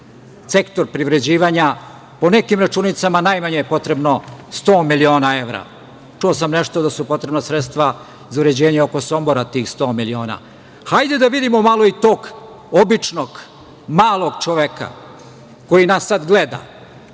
sektor privređivanja, a po nekim računicama najmanje je potrebno 100 miliona evra i čuo sam nešto da su potrebna sredstva, za uređenje oko Sombora, tih 100 miliona. Hajde da vidimo i tog običnog malog čoveka, koji nas sada gleda,